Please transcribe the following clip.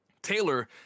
Taylor